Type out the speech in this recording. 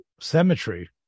cemetery